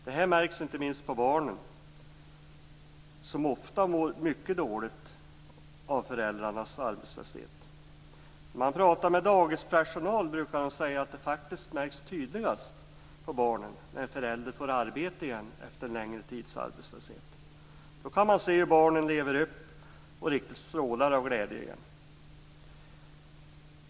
Detta märks inte minst på barnen som ofta mår mycket dåligt av föräldrarnas arbetslöshet. När man talar med dagispersonal brukar de säga att det faktiskt märks tydligast på barnen när en förälder får arbete igen efter en längre tids arbetslöshet. Då kan man se hur barnen lever upp igen och riktigt strålar av glädje.